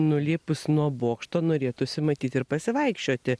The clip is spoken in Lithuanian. nulipus nuo bokšto norėtųsi matyt ir pasivaikščioti